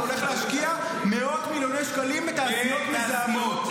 והולך להשקיע מאות מיליוני שקלים בתעשיות מזהמות.